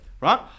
Right